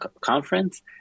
conference